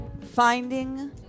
finding